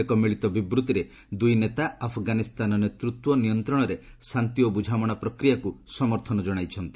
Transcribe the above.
ଏକ ମିଳିତ ବିବୃଭିରେ ଦୁଇ ନେତା ଆଫଗାନିସ୍ତାନ ନେତୃତ୍ୱ ଓ ନିୟନ୍ତ୍ରଣରେ ଶାନ୍ତି ଓ ବୁଝାମଣା ପ୍ରକ୍ରିୟାକୁ ସମର୍ଥନ ଜଣାଇଛନ୍ତି